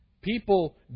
People